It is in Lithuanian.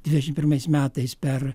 dvidešimt pirmais metais per